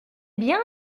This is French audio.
bien